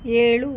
ಏಳು